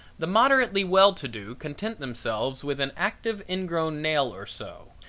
the moderately well to do content themselves with an active ingrown nail or so,